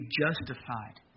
justified